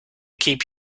keep